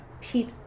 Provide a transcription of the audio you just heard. Pete